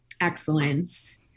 excellence